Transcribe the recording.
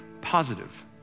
positive